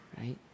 right